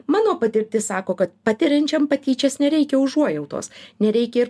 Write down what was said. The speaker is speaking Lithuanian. mano patirtis sako kad patiriančiam patyčias nereikia užuojautos nereikia ir